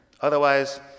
Otherwise